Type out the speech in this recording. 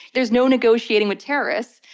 there's no negotiating with terrorists.